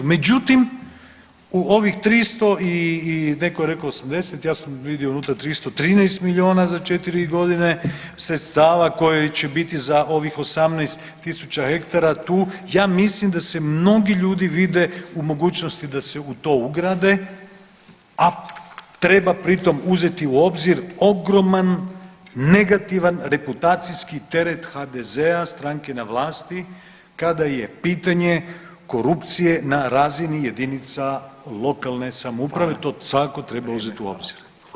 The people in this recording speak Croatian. Međutim, u ovih 300 i netko je rekao 80 ja sam vidio unutra 313 miliona za 4 godine sredstava koji će biti za ovih 18.000 hektara tu, ja mislim da se mnogi ljudi vide u mogućnosti da se u to ugrade, a treba pri tom uzeti u obzir ogroman negativan reputacijski teret HDZ-a stranke na vlasti kada je pitanje korupcije na razini jedinica lokalne samouprave to svakako treba uzeti u obzir.